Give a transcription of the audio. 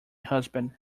husband